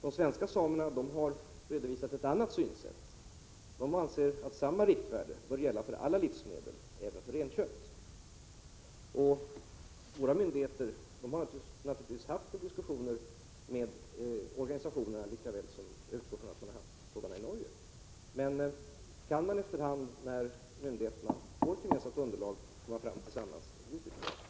De svenska samerna däremot har redovisat ett annat synsätt. De 17 anser att samma riktvärde bör gälla för alla livsmedel, och då naturligtvis även för renkött. Våra myndigheter har självfallet fört diskussioner om de här frågorna med organisationerna, och jag utgår från att man fört sådana diskussioner också i Norge. Om man efter hand, när myndigheterna fått ett gemensamt underlag, kan komma fram till likartade riktvärden, vore det naturligtvis bra.